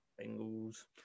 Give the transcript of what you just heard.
Bengals